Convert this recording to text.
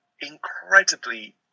incredibly